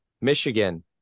Michigan